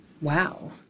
Wow